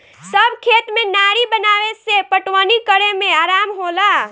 सब खेत में नारी बनावे से पटवनी करे में आराम होला